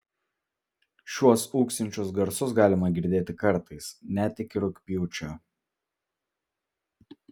šiuos ūksinčius garsus galima girdėti kartais net iki rugpjūčio